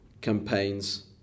campaigns